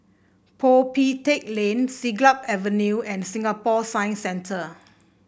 Peo Pee Teck Lane Siglap Avenue and Singapore Science Center